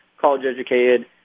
college-educated